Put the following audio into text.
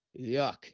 yuck